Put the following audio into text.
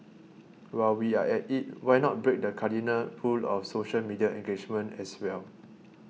while we are at it why not break the cardinal rule of social media engagement as well